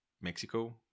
Mexico